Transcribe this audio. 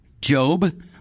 Job